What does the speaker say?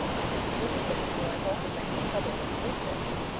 i think the little things in life often make more trouble than the big things,